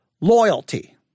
loyalty